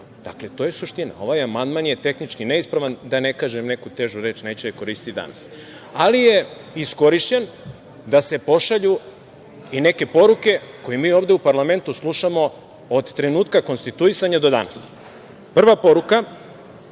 telu. Dakle, to je suština. Ovaj amandman je tehnički neispravan, da ne kažem neku težu reč, neću je koristiti dana. Iskorišćen je da se pošalju i neke poruke koje mi ovde u parlamentu slušamo od trenutka konstituisanja do danas. Prva poruka,